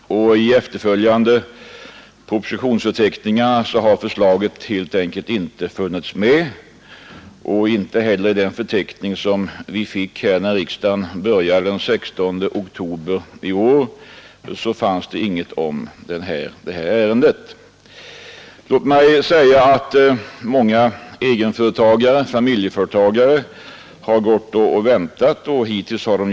I efterföljande propositionsförteckningar har förslaget helt enkelt inte funnits med. Inte heller fanns ärendet med i den förteckning som tillställdes riksdagen vid höstsessionens början den 16 oktober i år. Många egenföretagare har gått och väntat, men hittills förgäves.